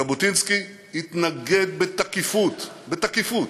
ז'בוטינסקי התנגד בתקיפות, בתקיפות,